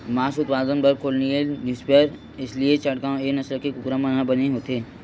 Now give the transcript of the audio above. मांस उत्पादन बर कोरनिलए न्यूहेपसायर, असीलए चटगाँव ए नसल के कुकरा मन ह बने होथे